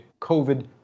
COVID